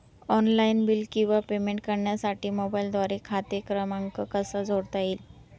Online bill किंवा payment करण्यासाठी मोबाईलद्वारे खाते क्रमांक कसा जोडता येईल?